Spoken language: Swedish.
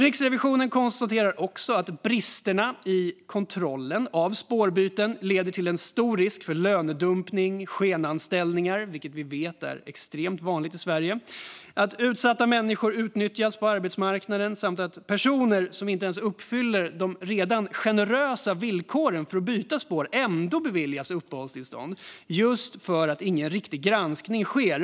Riksrevisionen konstaterar också att bristerna i kontrollen av spårbyten leder till stor risk för lönedumpning och skenanställningar, vilket vi vet är extremt vanligt i Sverige, att utsatta människor utnyttjas på arbetsmarknaden samt att personer som inte ens uppfyller de redan generösa villkoren för spårbyte ändå beviljas uppehållstillstånd just för att ingen riktig granskning sker.